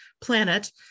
planet